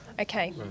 Okay